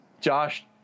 Josh